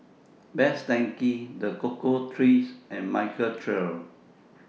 Best Denki The Cocoa Trees and Michael Trio